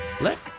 Let